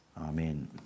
Amen